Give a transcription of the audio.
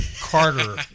Carter